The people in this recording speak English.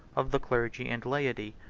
of the clergy and laity,